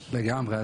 לגמרי.